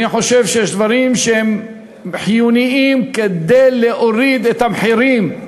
אני חושב שיש דברים שהם חיוניים כדי להוריד את המחירים.